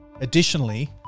Additionally